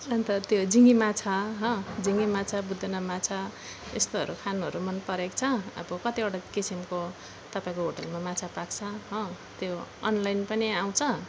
अन्त त्यो झिँगे माछा ह झिँगे माछा बुदुना माछा यस्तोहरू खानुहरू मन परेको छ अब कतिवटा किसिमको तपाईँको होटेलमा माछा पाक्छ हो त्यो अनलाइन पनि आउँछ